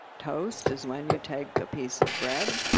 toast is when you take a piece of bread.